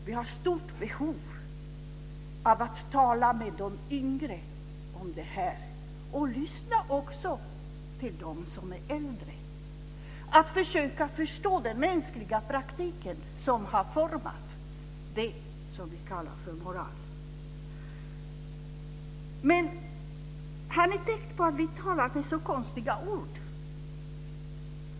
Vi har ett stort behov av att tala med de yngre om detta och lyssna till dem som är äldre, att försöka förstå den mänskliga praktik som har format det som vi kallar för moral. Men har ni tänkt på att vi talar med så många konstiga ord?